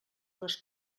les